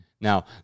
Now